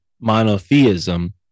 monotheism